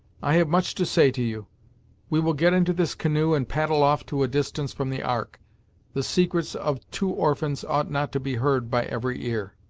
i have much to say to you we will get into this canoe, and paddle off to a distance from the ark the secrets of two orphans ought not to be heard by every ear.